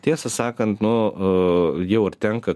tiesą sakant nu jau ir tenka